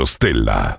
Stella